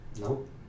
Nope